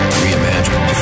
reimagined